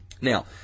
Now